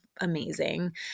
amazing